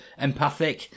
Empathic